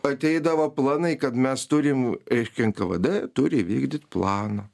ateidavo planai kad mes turim reiškia nkvd turi įvykdyt planą